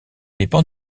dépend